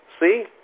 see